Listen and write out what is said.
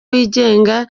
wigenga